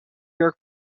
york